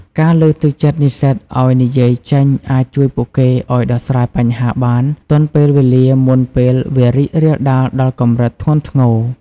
ការលើកទឹកចិត្តនិស្សិតឱ្យនិយាយចេញអាចជួយពួកគេឱ្យដោះស្រាយបញ្ហាបានទាន់ពេលវេលាមុនពេលវារីករាលដាលដល់កម្រិតធ្ងន់ធ្ងរ។